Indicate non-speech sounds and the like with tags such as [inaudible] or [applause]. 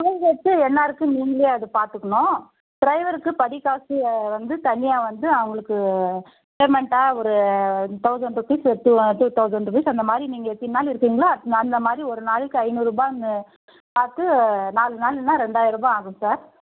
[unintelligible] எல்லோருக்கும் நீங்களே அது பார்த்துக்கணும் டிரைவருக்கு படிக்காசு வந்து தனியாக வந்து அவங்களுக்கு பேமெண்ட்டாக ஒரு தௌசண்ட் ருபீஸ் ஒரு டூ டூ தௌசண்ட் ருபீஸ் அந்தமாதிரி நீங்கள் எத்தினி நாள் இருக்கீங்களோ அத்தனை அந்த மாதிரி ஒரு நாளைக்கு ஐந்நூறுபான்னு பார்த்து நாலு நாளுன்னா ரெண்டாயிரரூபா ஆகும் சார்